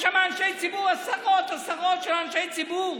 יש שם עשרות עשרות של אנשי ציבור.